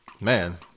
Man